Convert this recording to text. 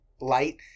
light